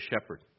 shepherd